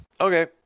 Okay